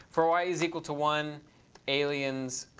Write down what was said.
for y is equal to one aliens